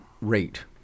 rate